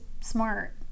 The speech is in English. smart